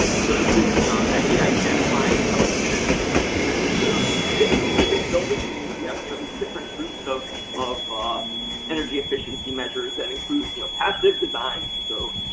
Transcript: so, this is yeah actually identifying some of the energy efficiency measures. so, typically within buildings, we we have these different groups of of ah energy efficiency measures that include you know passive design. so,